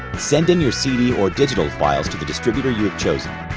send in your cd or digital files to the distributor you have chosen.